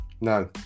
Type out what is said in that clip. No